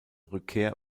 rückkehr